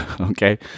Okay